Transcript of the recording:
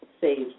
saved